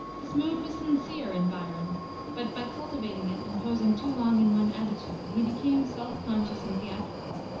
this mood was sincere in byron but by cultivating it, and posing too long in one attitude, he became self-conscious and theatrical,